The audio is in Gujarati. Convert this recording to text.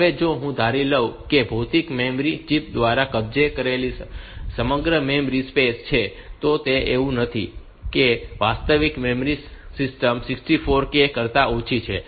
હવે જો હું ધારી લઉં કે ભૌતિક મેમરી ચિપ્સ દ્વારા કબજે કરેલી સમગ્ર મેમરી સ્પેસ છે તો તે એવું નથી કે વાસ્તવિક મેમરી સિસ્ટમ 64 k કરતા ઓછી છે